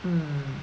mm